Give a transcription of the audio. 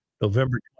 November